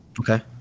okay